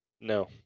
No